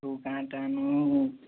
ତୁ କାଁଟା ନବୁଁ ହୁଁ